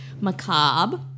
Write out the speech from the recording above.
macabre